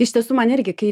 iš tiesų man irgi kai